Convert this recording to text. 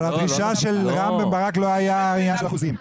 אבל הדרישה של רם בן ברק לא הייתה עניין של אחוזים.